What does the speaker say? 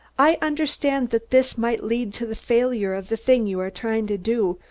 i understand that this might lead to the failure of the thing you are trying to do.